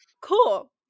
cool